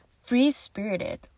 free-spirited